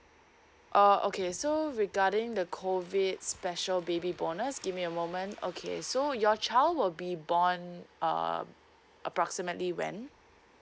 uh okay so regarding the COVID special baby bonus give me a moment okay so your child will be born uh approximately when